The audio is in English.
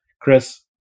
Chris